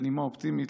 בנימה אופטימית,